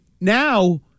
now